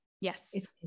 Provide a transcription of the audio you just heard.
Yes